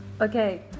Okay